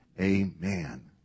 amen